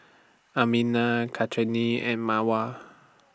Aminah Kartini and Mawar